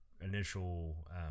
initial